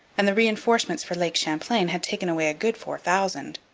and the reinforcements for lake champlain had taken away a good four thousand.